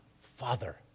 Father